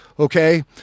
Okay